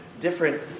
different